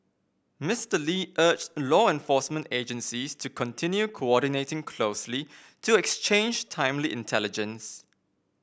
Mister Lee urged law enforcement agencies to continue coordinating closely to exchange timely intelligence